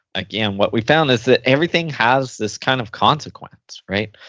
again, what we found is that everything has this kind of consequence. right?